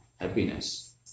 happiness